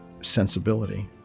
sensibility